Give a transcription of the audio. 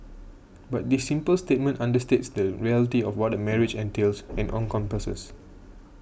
but this simple statement understates the reality of what a marriage entails and encompasses